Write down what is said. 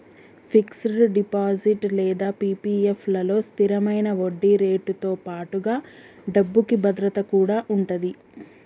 fixed deposit లేదా పీ.పీ.ఎఫ్ లలో స్థిరమైన వడ్డీరేటుతో పాటుగా డబ్బుకి భద్రత కూడా ఉంటది